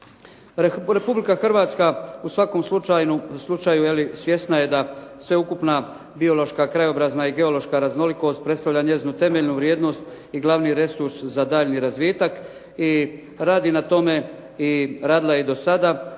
Republika Hrvatska u svakom slučaju svjesna je da sveukupna biološka, krajobrazna i geološka raznolikost predstavlja njezinu temeljnu vrijednost i glavni resurs za daljnji razvitak i radi na tome i radila je do sada